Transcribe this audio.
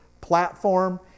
platform